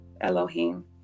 Elohim